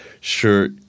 shirt